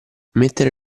mettere